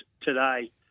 today